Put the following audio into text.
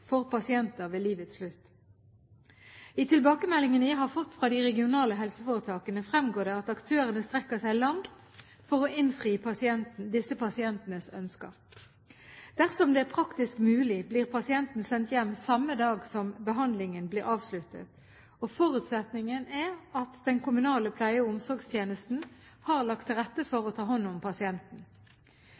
for pasienter ved livets slutt. I tilbakemeldingene jeg har fått fra de regionale helseforetakene, fremgår det at aktørene strekker seg langt for å innfri disse pasientenes ønsker. Dersom det er praktisk mulig, blir pasienten sendt hjem samme dag som behandlingen blir avsluttet. Forutsetningen er at den kommunale pleie- og omsorgstjenesten har lagt til rette for å ta hånd om pasienten.